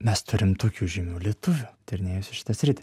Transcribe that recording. mes turim tokių žymių lietuvių tyrinėjusių šitą sritį